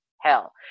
hell